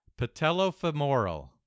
Patellofemoral